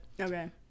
okay